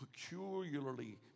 peculiarly